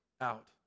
out